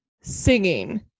Singing